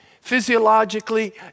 physiologically